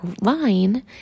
line